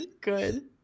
good